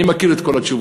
אני מכיר את כל התשובות.